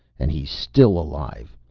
and he's still alive!